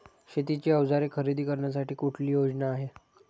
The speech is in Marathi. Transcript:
शेतीची अवजारे खरेदी करण्यासाठी कुठली योजना आहे?